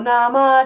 Nama